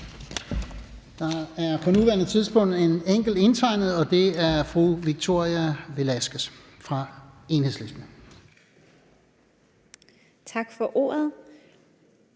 Der er på nuværende tidspunkt en enkelt indtegnet, og det er fru Victoria Velasquez fra Enhedslisten. Kl.